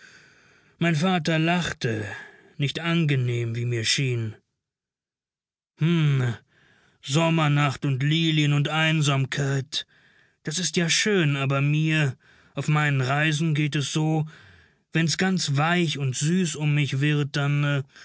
mein vater lachte nicht angenehm wie mir schien hm sommernacht und lilien und einsamkeit das ist ja schön aber mir auf meinen reisen geht es so wenn's ganz weich und süß um mich wird dann